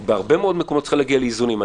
בהרבה מאוד מקומות היא צריכה להגיע עם איזונים.